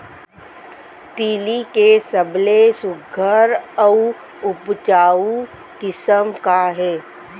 तिलि के सबले सुघ्घर अऊ उपजाऊ किसिम का हे?